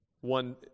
One